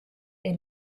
est